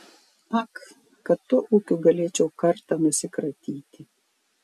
ak kad tuo ūkiu galėčiau kartą nusikratyti